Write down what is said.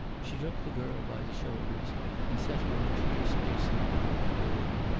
she took the girl by the shoulders and set her in a clear space in the middle of the room,